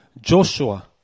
Joshua